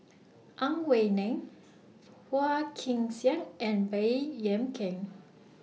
Ang Wei Neng Phua Kin Siang and Baey Yam Keng